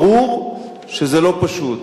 ברור שזה לא פשוט.